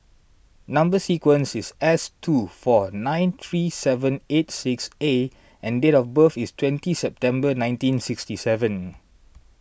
Number Sequence is S two four nine three seven eight six A and date of birth is twenty September nineteen sixty seven